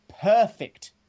perfect